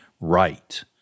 right